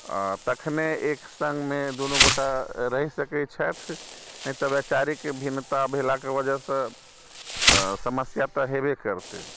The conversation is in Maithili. आ तखने एक सङ्गमे दुनू गोटा रहि सकैत छथि नहि तऽ वैचारिक भिन्नता भेलाके वजहसँ समस्या तऽ हेबे करतै